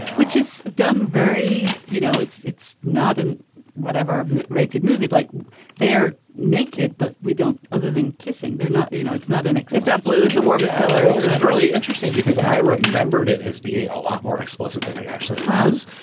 which is done very you know, it's it's not an whatever rated movie like they're naked, but we don't other than kissing, they're you know it's not an existent blue is the warmest color it's really interesting because i remembered it as being a lot more explicit than it actually has.